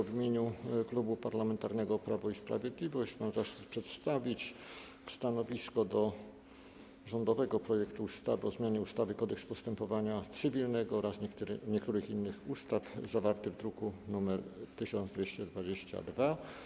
W imieniu Klubu Parlamentarnego Prawo i Sprawiedliwość mam zaszczyt przedstawić stanowisko wobec rządowego projektu ustawy o zmianie ustawy - Kodeks postępowania cywilnego oraz niektórych innych ustaw, druk nr 1222.